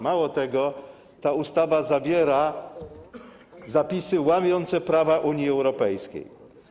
Mało tego, ta ustawa zawiera zapisy łamiące prawo Unii Europejskiej.